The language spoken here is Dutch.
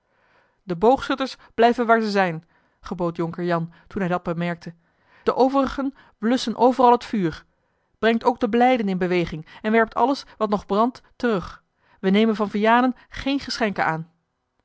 de boogschutters blijven waar zij zijn gebood jonker jan toen hij dat bemerkte de overigen blusschen overal het vuur brengt ook de blijden in beweging en werpt alles wat nog brandt terug we nemen van vianen geen geschenken aan